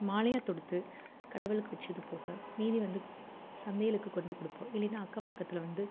மாலையாக தொடுத்து கடவுளுக்கு வச்சது போக மீதி வந்து சந்தைகளுக்குக் கொண்டு போய் கொடுப்போம் இல்லைன்னா அக்கம்பக்கத்தில் வந்து